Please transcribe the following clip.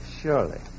Surely